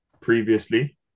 previously